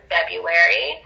February